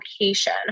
location